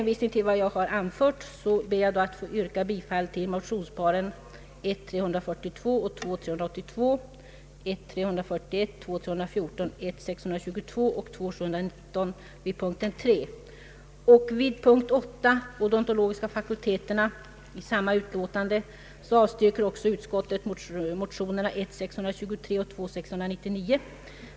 Vid punkten 8, odontologiska fakulteterna, i samma utlåtande avstyrker också utskottet motionerna I:623 och II: 699.